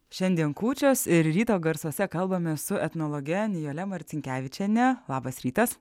šiandien kūčios ir ryto garsuose kalbamės su etnologe nijole marcinkevičiene labas rytas